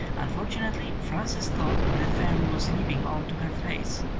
unfortunately, fran ces thought the fairy was leaping on to her face,